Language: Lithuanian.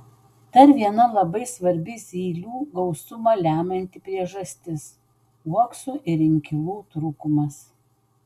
dar viena labai svarbi zylių gausumą lemianti priežastis uoksų ir inkilų trūkumas